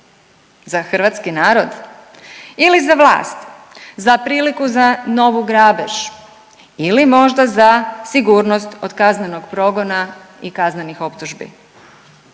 Za hrvatski narod ili za vlast, za priliku za novu grabež ili možda za sigurnost od kaznenog progona i kaznenih optužbi?